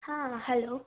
ಹಾಂ ಹಲೋ